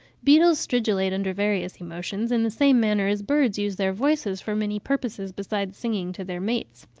beetles stridulate under various emotions, in the same manner as birds use their voices for many purposes besides singing to their mates.